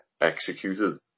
executed